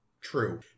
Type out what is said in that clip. True